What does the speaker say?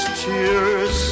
tears